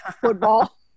football